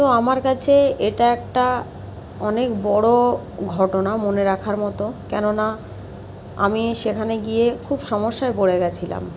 তো আমার কাছে এটা একটা অনেক বড়ো ঘটনা মনে রাখার মতো কেননা আমি সেখানে গিয়ে খুব সমস্যায় পড়ে গিয়েছিলাম